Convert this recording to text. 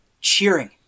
cheering